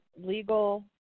legal